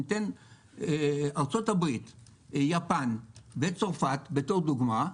אציין את ארצות הברית, יפן וצרפת בתור דוגמה.